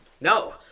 No